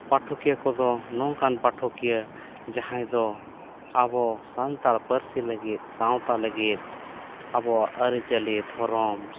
ᱯᱟᱴᱷᱚ ᱠᱤᱭᱟᱹ ᱠᱚᱫᱚ ᱱᱚᱝᱠᱟᱱ ᱯᱟᱴᱷᱚᱠᱤᱭᱟᱹ ᱡᱟᱦᱟᱸᱭ ᱫᱚ ᱟᱵᱚ ᱥᱟᱱᱛᱟᱲ ᱯᱟᱹᱨᱥᱤ ᱞᱟᱹᱜᱤᱫ ᱥᱟᱶᱛᱟ ᱞᱟᱹᱜᱤᱫ ᱟᱵᱚᱣᱟᱜ ᱟᱹᱨᱤ ᱪᱟᱹᱞᱤ ᱫᱷᱚᱚᱨᱚᱢ